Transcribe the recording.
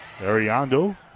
Ariando